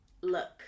look